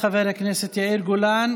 תודה, חבר הכנסת יאיר גולן.